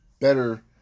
better